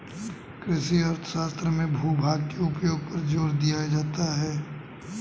कृषि अर्थशास्त्र में भूभाग के उपयोग पर जोर दिया जाता है